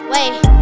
Wait